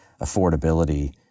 affordability